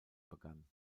begann